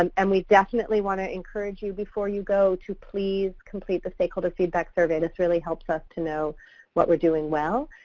um and we definitely want to encourage you before you go to please complete the stakeholder feedback survey. this really helps us to know what we're doing well